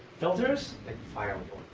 filters like firewall.